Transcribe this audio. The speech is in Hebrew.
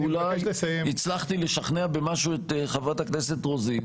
שאולי הצלחתי לשכנע במשהו את חברת הכנסת רוזין,